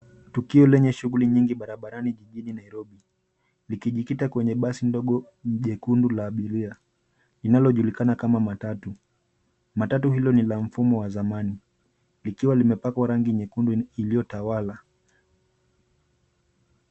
Tukio lenye shughuli nyingi barabarani jijini Nairobi, likijikita kwenye basi ndogo jekundu la abiria, linalojulikana kama matatu. Matatu hilo ni la mfumo wa zamani, likiwa limepakwa rangi ya nyekundu iliyotawala.